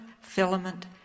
filament